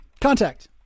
contact